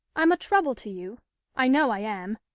i'm a trouble to you i know i am.